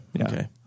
Okay